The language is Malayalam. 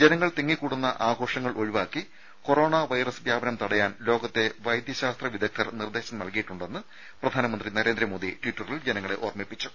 ജനങ്ങൾ തിങ്ങിക്കൂടുന്ന ആഘോഷങ്ങൾ ഒഴി വാക്കി കൊറോണ് വൈറസ് വ്യാപനം തടയാൻ ലോകത്തെ വൈദ്യശാസ്ത്ര വിദഗ്ദ്ധർ നിർദ്ദേശം നൽകിയിട്ടുണ്ടെന്ന് പ്രധാനമന്ത്രി നരേന്ദ്രമോദി ട്വിറ്ററിൽ ജനങ്ങളെ ഓർമ്മിപ്പിച്ചു